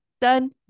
done